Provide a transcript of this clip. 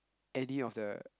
any of the